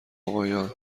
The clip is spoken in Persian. آقایان